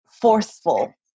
forceful